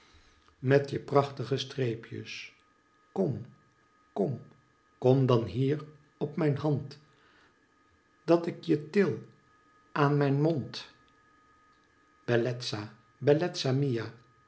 met je prachtige streepjes kom kom kom danhier op mijn hand dat ik je til aan mijn mond bellezza bellezza mia